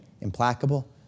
implacable